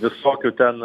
visokių ten